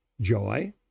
joy